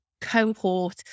cohort